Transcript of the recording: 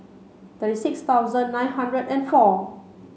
thirty six thousand nine hundred and four